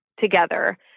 together